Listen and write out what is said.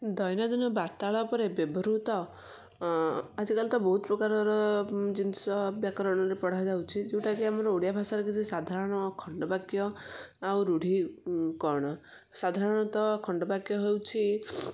ଦୈନଦିନ ବାର୍ତ୍ତାଳାପରେ ବ୍ୟବହୃତ ଆଜିକାଲି ତ ବହୁତ ପ୍ରକାରର ଜିନିଷ ବ୍ୟାକରଣରେ ପଢ଼ା ଯାଉଛି ଯେଉଁଟାକି ଆମର ଓଡ଼ିଆ ଭାଷାରେ ସାଧାରଣ ଖଣ୍ଡବାକ୍ୟ ଆଉ ରୂଢ଼ି କ'ଣ ସାଧାରଣତଃ ଖଣ୍ଡ ବାକ୍ୟ ହେଉଛି